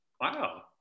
Wow